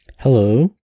hello